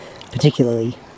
particularly